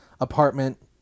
apartment